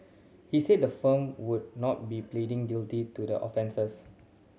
he said the firm would not be pleading guilty to the offences